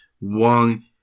one